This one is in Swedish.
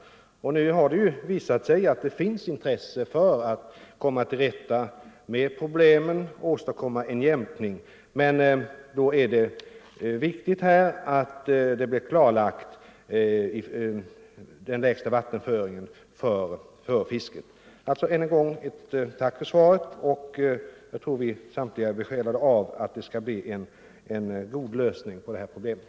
Nu har det visat sig att man önskar komma till rätta med problemen och åstadkomma en jämkning, men då är det viktigt att det blir klarlagt vad som är den minsta vattenföring som fisket tål. Jag tackar än en gång för svaret. Jag tror att vi samtliga är besjälade av en önskan att nå en god lösning på det här problemet.